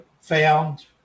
found